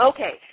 Okay